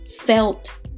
felt